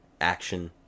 action